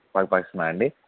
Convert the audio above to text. per పర్సనా అండి